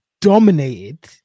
dominated